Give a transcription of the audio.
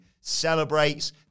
celebrates